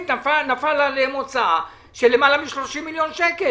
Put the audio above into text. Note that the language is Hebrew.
שנפלה עליהם הוצאה של למעלה מ-30 מיליון שקלים,